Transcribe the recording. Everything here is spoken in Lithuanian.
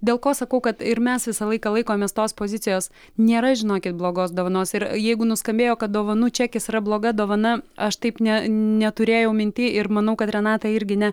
dėl ko sakau kad ir mes visą laiką laikomės tos pozicijos nėra žinokit blogos dovanos ir jeigu nuskambėjo kad dovanų čekis yra bloga dovana aš taip ne neturėjau minty ir manau kad renata irgi ne